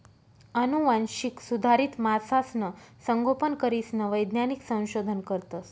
आनुवांशिक सुधारित मासासनं संगोपन करीसन वैज्ञानिक संशोधन करतस